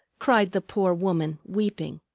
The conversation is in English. cried the poor woman, weeping.